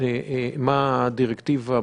כשסיימתי את תפקידי בעיר ירושלים,